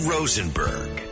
Rosenberg